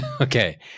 Okay